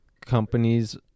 companies